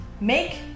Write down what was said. make